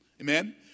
amen